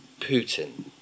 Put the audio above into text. Putin